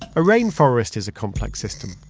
a rainforest is a complex system,